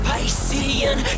Piscean